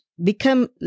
become